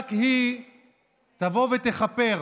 שרק היא תבוא ותכפר?